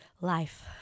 life